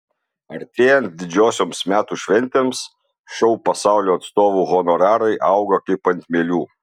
artėjant didžiosioms metų šventėms šou pasaulio atstovų honorarai auga kaip ant mielių